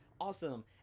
awesome